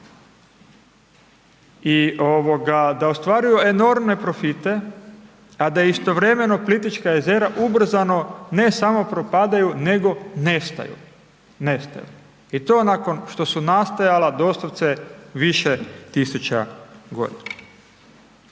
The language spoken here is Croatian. da ostvaruju enormne profite, a da istovremeno Plitvička jezera ubrzano ne samo propadaju, nego nestaju, nestaju i to nakon što su nastajala doslovce više tisuća godina.